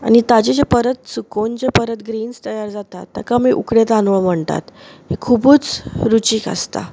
आनी ताचें जे परत सुकोवन जे परत ग्रेन्स तयार जातात ताका आमी उकडे तांदूळ म्हणटात ते खुबूच रुचीक आसतात